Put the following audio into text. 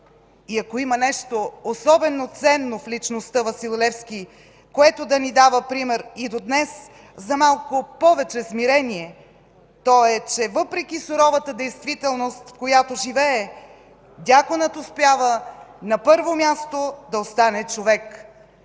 И ако има нещо особено ценно в личността Васил Левски, което да ни дава пример и до днес за малко повече смирение, то е, че въпреки суровата действителност, в която живее, Дякона успява на първо място да остане човек.